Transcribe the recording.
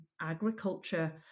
Agriculture